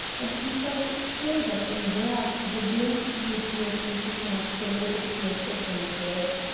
and he felt sure that in black the blond beauty of mrs. ashton would appear to advantage.